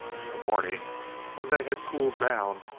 in the morning when they had cooled down,